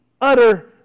utter